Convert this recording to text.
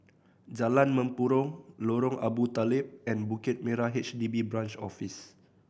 Jalan Mempurong Lorong Abu Talib and Bukit Merah H D B Branch Office